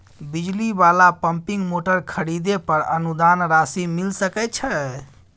बिजली वाला pumping motor खरीदे पर अनुदान राशि मिल सके छैय?